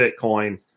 Bitcoin